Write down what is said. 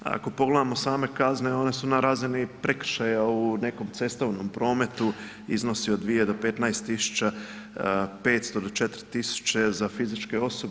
Ako pogledamo same kazne one su na razini prekršaja u nekom cestovnom prometu iznosi od 2 do 15 tisuća 500 do 4 tisuće za fizičke osobe.